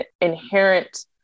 inherent